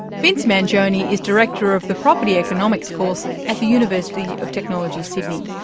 vince mangioni is director of the property economics course at the university of technology, sydney.